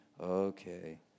Okay